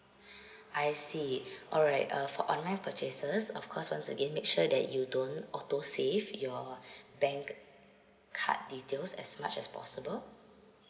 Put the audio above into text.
I see alright uh for online purchases of course once again make sure that you don't autosave your bank card details as much as possible